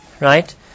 right